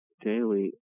daily